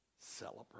celebrate